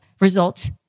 results